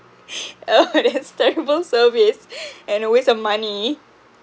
oh that's terrible service and a waste of money